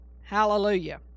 hallelujah